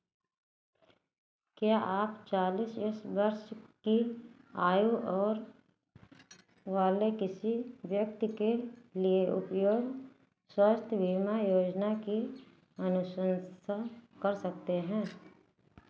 क्या आप चालीस एस वर्ष की आयु और वाले किसी व्यक्ति के लिए उपयोग स्वास्थ्य बीमा योजना की अनुशंसा कर सकते हैं